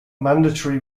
mandatory